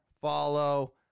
follow